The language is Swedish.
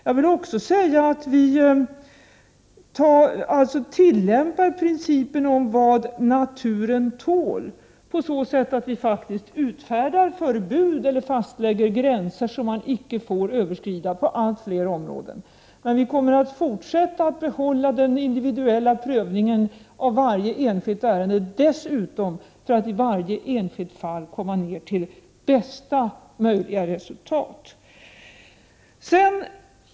Jag vill också säga att vi tillämpar principen om vad naturen tål på så sätt, att vi faktiskt på allt fler områden utfärdar förbud eller fastlägger gränser som man icke får överskrida. Men vi kommer dessutom att fortsätta att behålla den individuella prövningen av varje enskilt ärende, för att i varje enskilt fall komma ner till bästa möjliga resultat.